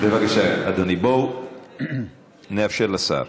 בבקשה, אדוני, בואו נאפשר לשר.